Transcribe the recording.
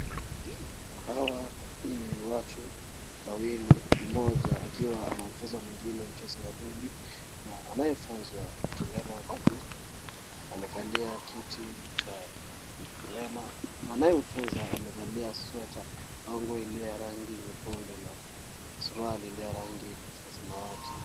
Hawa ni watu wawili, mmoja akiwa anamfunzwa mwengine mchezo wa ndondi na anayefunzwa ni kilema wa miguu na anakalia kiti cha kilema na anayemfunza amevalia sweta au nguo ya rangi nyekundu na suruali ya rangi ya samawati.